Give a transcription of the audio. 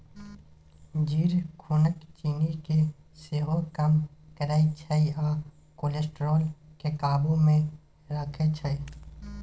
जीर खुनक चिन्नी केँ सेहो कम करय छै आ कोलेस्ट्रॉल केँ काबु मे राखै छै